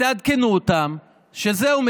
ותעדכנו אותם שזהו,